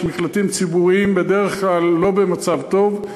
יש מקלטים ציבוריים, בדרך כלל לא במצב טוב.